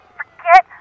forget